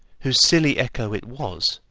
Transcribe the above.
whose silly echo it was,